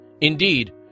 indeed